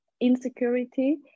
insecurity